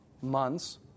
months